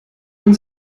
man